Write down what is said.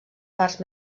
parts